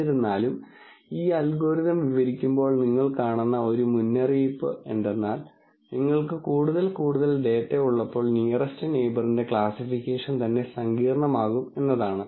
എന്നിരുന്നാലും ഈ അൽഗോരിതം വിവരിക്കുമ്പോൾ നിങ്ങൾ കാണുന്ന ഒരു മുന്നറിയിപ്പ് എന്തെന്നാൽ നിങ്ങൾക്ക് കൂടുതൽ കൂടുതൽ ഡാറ്റ ഉള്ളപ്പോൾ നിയറെസ്റ് നെയിബറിന്റെ ക്ലാസ്സിഫിക്കേഷൻ തന്നെ സങ്കീർണ്ണമാകും എന്നതാണ്